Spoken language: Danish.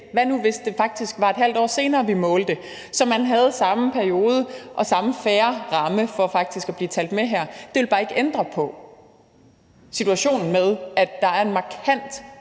Hvad nu hvis det faktisk var et halvt år senere, vi målte, så man havde samme periode og samme fair ramme for faktisk at blive talt med her? Det vil bare ikke ændre på situationen med, at der er en markant